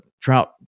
trout